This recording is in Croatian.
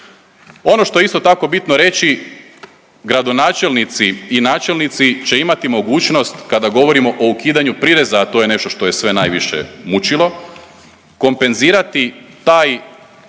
Ono što je isto tako bitno reći, gradonačelnici i načelnici će imati mogućnost, kada govorimo o ukidanju prireza, a to je nešto što je sve najviše mučilo, kompenzirati taj